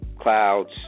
clouds